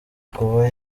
kuba